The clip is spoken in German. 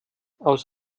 aus